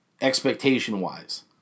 expectation-wise